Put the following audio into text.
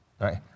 right